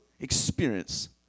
experience